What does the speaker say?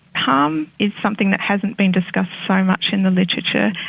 harm is something that hasn't been discussed so much in the literature.